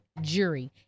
jury